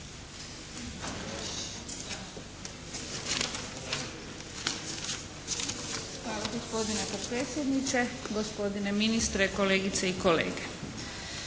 Hvala gospodine potpredsjedniče, gospodine ministre, kolegice i kolege.